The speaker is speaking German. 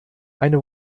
eine